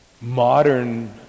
modern